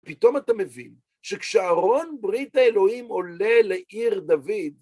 פתאום אתה מבין שכשארון ברית האלוהים עולה לעיר דוד,